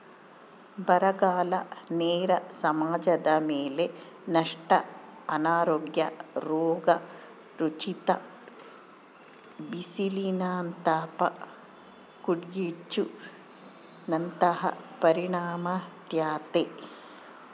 ಬರಗಾಲ ನೇರ ಸಮಾಜದಮೇಲೆ ನಷ್ಟ ಅನಾರೋಗ್ಯ ರೋಗ ರುಜಿನ ಬಿಸಿಲಿನತಾಪ ಕಾಡ್ಗಿಚ್ಚು ನಂತಹ ಪರಿಣಾಮಾಗ್ತತೆ